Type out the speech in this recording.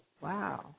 Wow